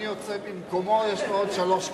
אני יוצא במקומו, יש לו עוד שלוש קריאות.